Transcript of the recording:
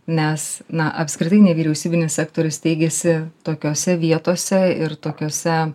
nes na apskritai nevyriausybinis sektorius steigiasi tokiose vietose ir tokiose